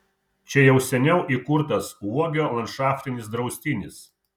čia jau seniau įkurtas uogio landšaftinis draustinis